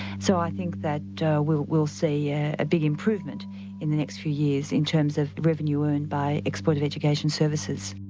so i think that we'll we'll see yeah a big improvement in the next few years in terms of revenue and by exported education services.